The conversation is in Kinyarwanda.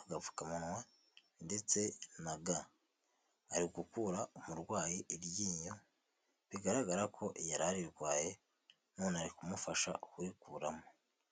agapfukamunwa , ndetse na ga, ari gukura umurwayi iryinyo bigaragara ko yararirwaye none arikumufasha kurikuramo.